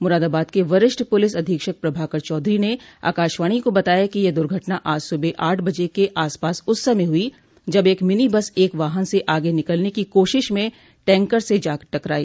मुरादाबाद के वरिष्ठ पुलिस अधीक्षक प्रभाकर चौधरी ने आकाशवाणी को बताया कि यह दुर्घटना आज सुबह आठ बजे के आसपास उस समय हुई जब एक मिनी बस एक वाहन से आगे निकलने की कोशिश में टैंकर से जा टकराई